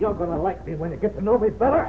you're going to like it when it gets a little bit better